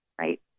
right